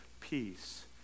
peace